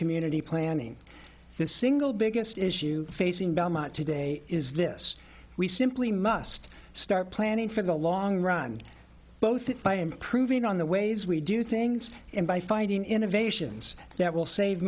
community planning the single biggest issue facing belmont today is this we simply must start planning for the long run both by improving on the ways we do things and by finding innovations